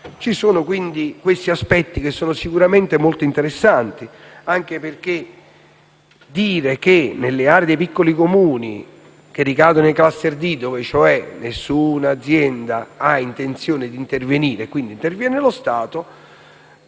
Ci sono quindi questi aspetti, che sono sicuramente molto interessanti, anche perché le aree dei piccoli Comuni che ricadono nei *cluster* D, dove cioè nessuna azienda ha intenzione di intervenire e quindi interviene lo Stato,